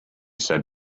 said